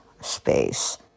space